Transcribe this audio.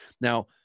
Now